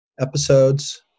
episodes